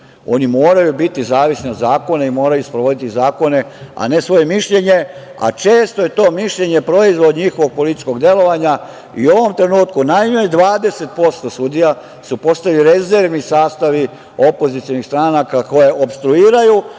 oni moraju biti zavisni od zakona i moraju sprovoditi zakone, a ne svoje mišljenje, a često je to mišljenje proizvod njihovog političkog delovanja.U ovom trenutku najmanje 20% sudija su postali rezervni sastavi opozicionih stranaka koje opstruiraju,